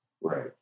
Right